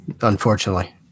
unfortunately